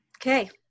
Okay